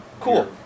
cool